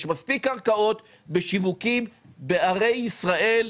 יש מספיק קרקעות בשיווקים בערי ישראל,